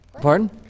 Pardon